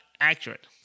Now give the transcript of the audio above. accurate